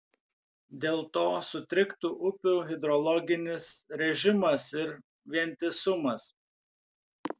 dėl to sutriktų upių hidrologinis režimas ir vientisumas